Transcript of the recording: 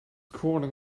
crawling